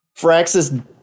Fraxis